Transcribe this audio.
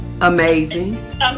amazing